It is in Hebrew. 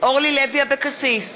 אורלי לוי אבקסיס,